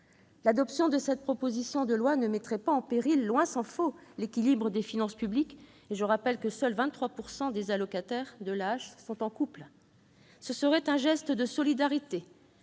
L'adoption du texte ne mettrait pas en péril, tant s'en faut, l'équilibre des finances publiques- je rappelle que seuls 23 % des allocataires de l'AAH sont en couple. Ce serait un geste de solidarité,